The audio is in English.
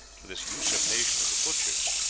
but this usurpation of the butchers,